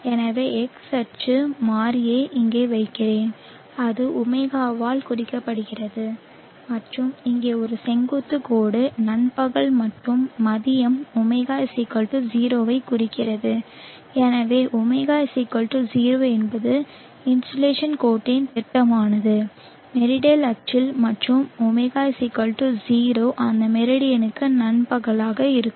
எனவே X அச்சு மாறியை இங்கே வைக்கிறேன் அது ω வால் குறிக்கப்படுகிறது மற்றும் இங்கே ஒரு செங்குத்து கோடு நண்பகல் மற்றும் மதியம் ω 0 ஐ குறிக்கிறது எனவே ω 0 என்பது இன்சோலேஷன் கோட்டின் திட்டமானது மெரிடல் அச்சில் மற்றும் ω0 அந்த மெரிடியனுக்கு நண்பகலாக இருக்கும்